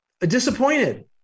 disappointed